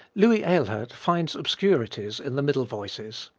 louis ehlert finds obscurities in the middle voices.